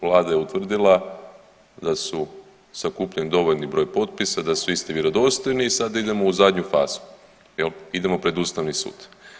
Vlada je utvrdila da je sakupljen dovoljan broj potpisa, da su isti vjerodostojni i sada idemo u zadnju fazu idemo pred Ustavni sud.